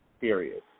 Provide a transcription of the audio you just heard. Period